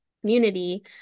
community